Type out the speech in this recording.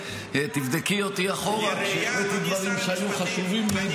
תבדקי אותי אחורה: כשהעליתי דברים שהיו חשובים לי,